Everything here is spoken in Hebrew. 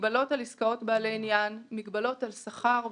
מגבלות על עסקאות בעלי עניין, מגבלות על שכר ועוד.